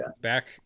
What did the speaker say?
back